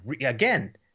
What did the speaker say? again—